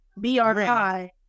B-R-I